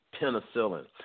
penicillin